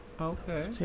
Okay